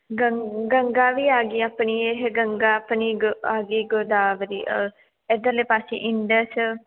ਗੰ ਗੰਗਾ ਵੀ ਆ ਗਈ ਆਪਣੀ ਇਹ ਗੰਗਾ ਆਪਣੀ ਗ ਆ ਗਈ ਗੋਦਾਵਰੀ ਇੱਧਰਲੇ ਪਾਸੇ ਇੰਡਸ